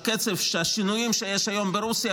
שבקצב השינויים שיש היום ברוסיה,